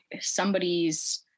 somebody's